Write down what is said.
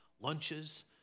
lunches